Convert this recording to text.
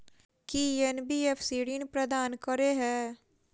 की NBFC ऋण प्रदान करे है?